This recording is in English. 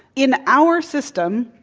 in our system,